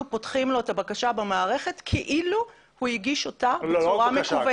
פותחים לו את הבקשה במערכת כאילו הוא הגיש אותה בצור המקוונת.